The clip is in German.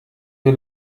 wir